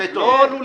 בטון.